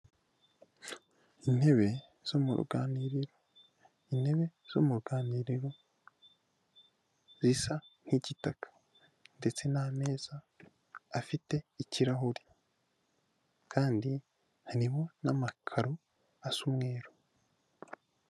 Intebe zo mu ruganiriro, intebe zo mu ruganiriro zisa nk'igitaka ndetse n'ameza afite ikirahuri kandi harimo n'amakaro asa umweru.